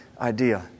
idea